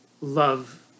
love